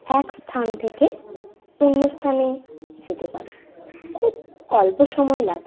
এক স্থান থেকে অন্য স্থানে যেতে পারি খুব অল্প সময় লাগে